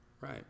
Right